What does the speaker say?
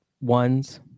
ones